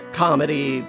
comedy